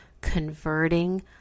converting